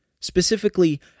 specifically